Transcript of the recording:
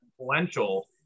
influential